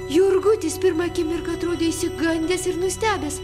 jurgutis pirmą akimirką atrodė išsigandęs ir nustebęs